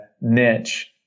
niche